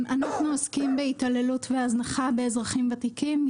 אנחנו עוסקים בהתעללות והזנחה באזרחים ותיקים.